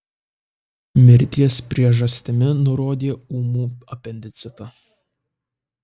mirties priežastimi nurodė ūmų apendicitą